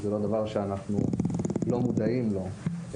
זה לא דבר שאנחנו לא מודעים לו,